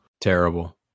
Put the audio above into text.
Terrible